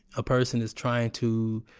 a person is trying to